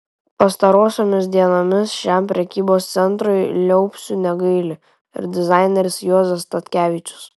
pastarosiomis dienomis šiam prekybos centrui liaupsių negaili ir dizaineris juozas statkevičius